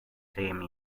same